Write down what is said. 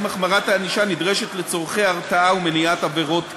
אם החמרת הענישה נדרשת לצורכי הרתעה ומניעת עבירות כאמור.